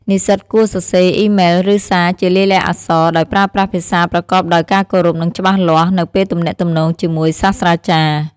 និស្សិតគួរសរសេរ អ៊ីមែល ឬសារជាលាយលក្ខណ៍អក្សរ ដោយប្រើប្រាស់ភាសាប្រកបដោយការគោរព និងច្បាស់លាស់ នៅពេលទំនាក់ទំនងជាមួយសាស្រ្តាចារ្យ។